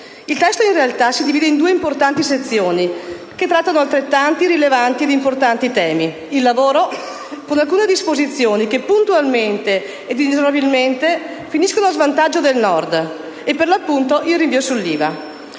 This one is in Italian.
Il testo, in realtà, si divide in due importanti sezioni che trattano di altrettanti rilevanti ed importanti temi: il lavoro, con alcune disposizioni che puntualmente ed inesorabilmente finiscono a svantaggio del Nord, e, per l'appunto, il rinvio sull'IVA.